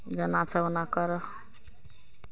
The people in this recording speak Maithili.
जेना छऽ ओना करऽ